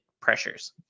pressures